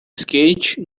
skate